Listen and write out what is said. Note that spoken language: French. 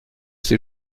ses